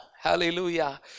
hallelujah